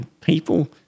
People